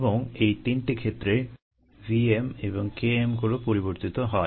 এবং এই তিনটি ক্ষেত্রে v m এবং k m গুলো পরিবর্তিত হয়